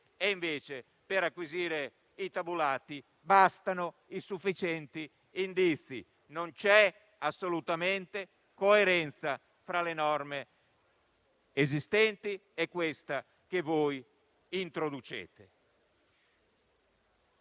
mentre per acquisire i tabulati bastano i sufficienti indizi. Non vi è assolutamente coerenza fra le norme esistenti e questa che voi introducete.